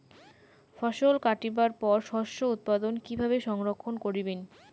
ফছল কাটিবার পর শস্য উৎপাদন কিভাবে সংরক্ষণ করিবেন?